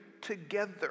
together